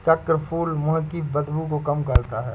चक्रफूल मुंह की बदबू को कम करता है